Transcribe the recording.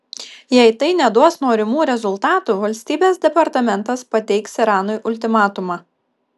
jei tai neduos norimų rezultatų valstybės departamentas pateiks iranui ultimatumą